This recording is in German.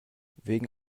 wegen